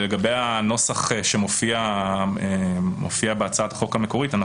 אנחנו תומכים בנוסח שמופיע בהצעת החוק המקורית.